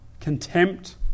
contempt